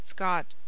Scott